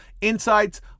insights